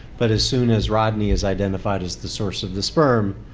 but as soon as rodney is identified as the source of the sperm